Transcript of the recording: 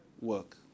Work